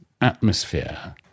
atmosphere